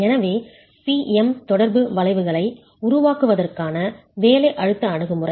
எனவே P M தொடர்பு வளைவுகளை உருவாக்குவதற்கான வேலை அழுத்த அணுகுமுறை